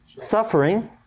suffering